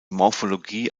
morphologie